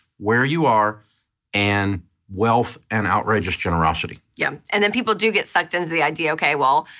where you are and wealth and outrageous generosity. yeah, and then people do get sucked into the idea, okay, well,